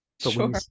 Sure